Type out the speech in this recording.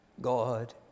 God